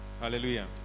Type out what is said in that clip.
Hallelujah